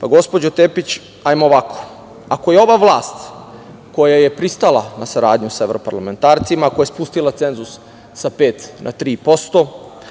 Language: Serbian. strani. Gospođo Tepić, ajmo ovako, ako je ova vlast koja je pristala na saradnju sa evroparlamentarcima, koja je spustila cenzus sa pet na 3%,